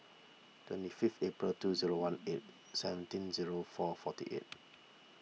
twenty fifth April two zero one eight seventeen zero four forty eight